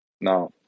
Now